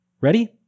Ready